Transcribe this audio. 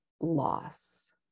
loss